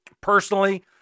Personally